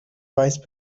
vice